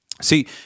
See